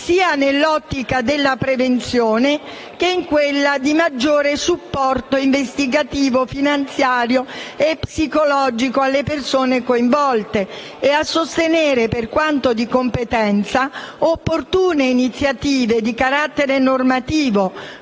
sia nell'ottica della prevenzione che in quella del maggiore supporto investigativo, finanziario e psicologico alle persone coinvolte; a sostenere, per quanto di competenza, opportune iniziative di carattere normativo,